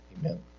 Amen